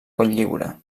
cotlliure